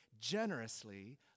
generously